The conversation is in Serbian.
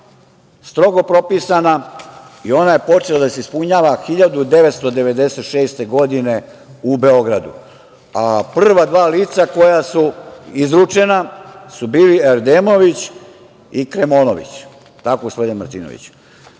strogo propisana i ona je počela da se ispunjava 1996. godine u Beogradu. Prva dva lica koja su izručena su bila Erdemović i Kremonović, je li tako, gospodine Martinoviću?